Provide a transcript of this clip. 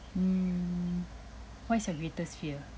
mm what is your greatest fear